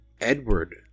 Edward